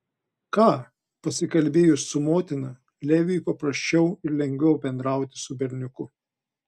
ką pasikalbėjus su motina leviui paprasčiau ir lengviau bendrauti su berniuku